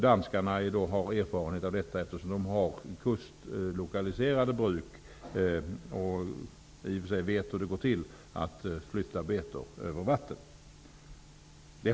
Danskarna har erfarenhet av detta, eftersom de har kustlokaliserade bruk och vet hur det går till att flytta betor över vatten.